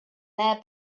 their